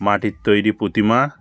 মাটির তৈরী প্রতিমা